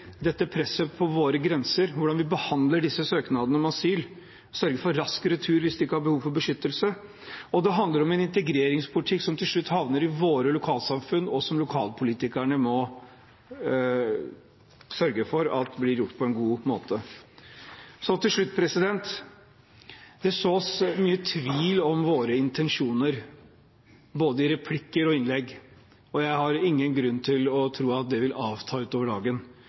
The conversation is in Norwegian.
dette presset på våre grenser, hvordan vi behandler disse søknadene om asyl og sørger for rask retur hvis de ikke har behov for beskyttelse, og det handler om en integreringspolitikk som til slutt havner i våre lokalsamfunn, og som lokalpolitikerne må sørge for blir gjort på en god måte. Til slutt: Det sås mye tvil om våre intensjoner, både i replikker og i innlegg. Jeg har ingen grunn til å tro at det vil avta utover dagen.